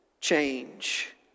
change